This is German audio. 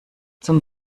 zum